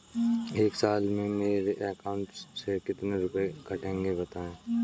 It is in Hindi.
एक साल में मेरे अकाउंट से कितने रुपये कटेंगे बताएँ?